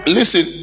Listen